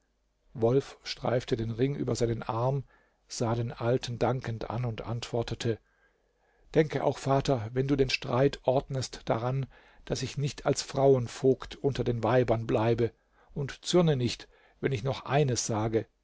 wolf streifte den ring über seinen arm sah den alten dankend an und antwortete denke auch vater wenn du den streit ordnest daran daß ich nicht als frauenvogt unter den weibern bleibe und zürne nicht wenn ich noch eines sage